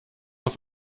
auf